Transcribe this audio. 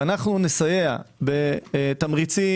ואנו נסייע בתמריצים,